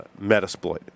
Metasploit